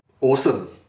Awesome